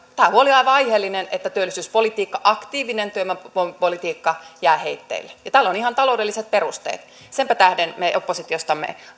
tämä huoli on aivan aiheellinen että aktiivinen työvoimapolitiikka jää heitteille ja tälle on ihan taloudelliset perusteet senpä tähden me oppositiossa